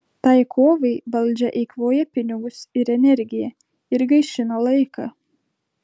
tai kovai valdžia eikvoja pinigus ir energiją ir gaišina laiką